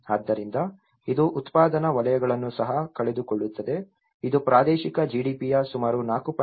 ಆದ್ದರಿಂದ ಇದು ಉತ್ಪಾದನಾ ವಲಯವನ್ನು ಸಹ ಕಳೆದುಕೊಳ್ಳುತ್ತದೆ ಇದು ಪ್ರಾದೇಶಿಕ GDP ಯ ಸುಮಾರು 4